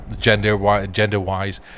gender-wise